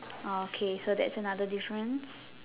orh okay so that's another difference